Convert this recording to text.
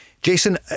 Jason